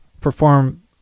perform